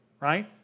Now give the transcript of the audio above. right